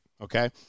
okay